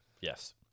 Yes